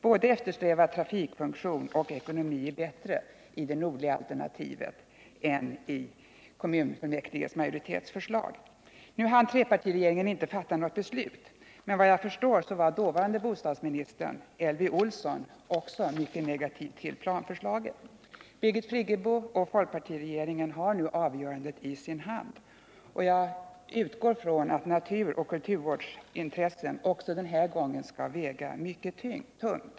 Både eftersträvad trafikfunktion och ekonomi skulle tillgodoses bättre genom alternativet med den nordliga dragningen av vägen. Trepartiregeringen hann inte fatta något beslut i den här frågan, men efter vad jag förstår var också dåvarande bostadsministern Elvy Olsson mycket negativ till planförslaget. Birgit Friggebo och folkpartiregeringen har nu avgörandet i sin hand, och jag utgår från att naturoch kulturvårdsintressen också den här gången skall väga mycket tungt.